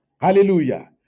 hallelujah